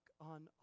on